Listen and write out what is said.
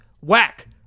whack